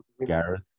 Gareth